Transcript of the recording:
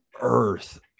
earth